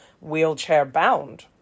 wheelchair-bound